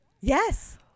Yes